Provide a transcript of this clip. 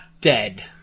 dead